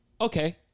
Okay